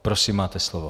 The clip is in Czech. Prosím, máte slovo.